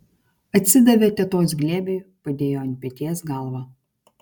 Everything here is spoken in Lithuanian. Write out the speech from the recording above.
atsidavė tetos glėbiui padėjo ant peties galvą